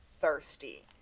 thirsty